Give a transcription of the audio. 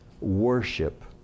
worship